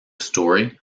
storey